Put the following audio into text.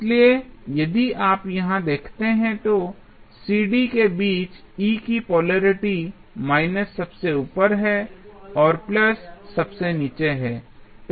इसलिए यदि आप यहां देखते हैं तो cd के बीच E की पोलेरिटी माइनस सबसे ऊपर है और प्लस सबसे नीचे है